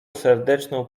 serdeczną